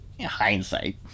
hindsight